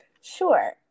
Sure